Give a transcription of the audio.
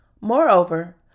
Moreover